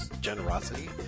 generosity